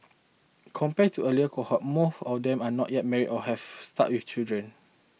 compared to earlier cohorts more of them are not yet married or have start your children